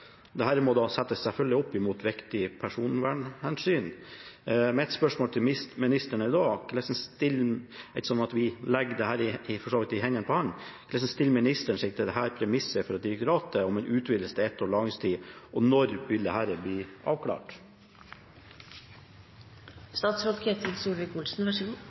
må selvfølgelig vurderes opp mot viktige personvernhensyn. Mitt spørsmål til ministeren er da, ettersom vi for så vidt legger dette i hendene på ham: Hvordan stiller ministeren seg til dette premisset fra direktoratet om en utvidelse til ett års lagringstid, og når vil dette bli avklart?